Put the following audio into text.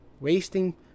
wasting